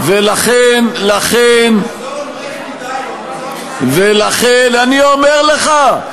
לכן, אני אומר לך: